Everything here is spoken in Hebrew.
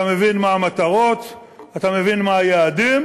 אתה מבין מה המטרות, אתה מבין מה היעדים,